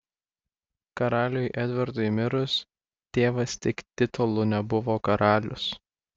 karaliui edvardui mirus tėvas tik titulu nebuvo karalius